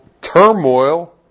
turmoil